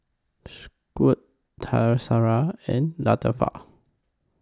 Shuib Qaisara and Latifa